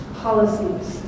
policies